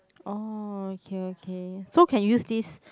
oh okay okay so can use this